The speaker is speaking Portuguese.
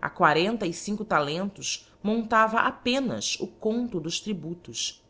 a quarenta e cinco talentos montava apenas o conto dos tributos